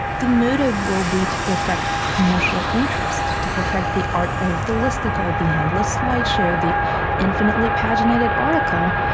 the motive will be to perfect commercial interest, to perfect the art of the listicle, the endless slideshow, the infinitely paginated article,